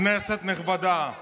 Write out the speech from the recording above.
כנסת נכבדה,